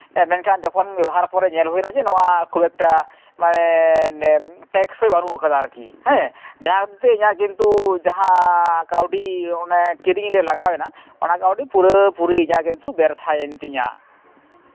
ᱢᱮᱱᱠᱷᱟᱱ ᱡᱚᱠᱷᱚᱱ ᱵᱮᱵᱚᱦᱟᱨ ᱯᱚᱨᱮ ᱧᱮᱞ ᱦᱩᱭᱱᱟ ᱡᱮ ᱱᱚᱣᱟ ᱠᱷᱩᱵ ᱢᱟᱱᱮ ᱴᱮᱠᱥᱳᱭ ᱵᱟᱹᱱᱩᱜ ᱠᱟᱫᱟ ᱟᱨᱠᱤ ᱦᱮᱸ ᱡᱟᱦᱟᱸ ᱛᱮ ᱤᱧᱟ ᱜ ᱠᱤᱱᱛᱩ ᱡᱟᱦᱟᱸ ᱠᱟᱹᱣᱰᱤ ᱚᱱᱟ ᱠᱤᱨᱤᱧ ᱨᱮ ᱞᱟᱜᱟᱣ ᱮᱱᱟ ᱚᱱᱟ ᱠᱟᱹᱣᱰᱤ ᱯᱩᱨᱟᱹᱯᱩᱨᱤ ᱤᱧᱟ ᱜ ᱠᱤᱱᱛᱩ ᱵᱮᱨᱛᱷᱟᱭᱮᱱ ᱛᱤᱧᱟ